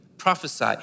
Prophesy